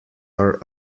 are